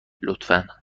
لطفا